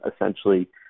essentially